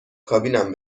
کابینم